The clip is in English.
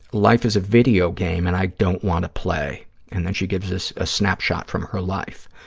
life is a video game and i don't want to play and then she gives us a snapshot from her life.